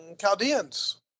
chaldeans